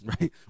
Right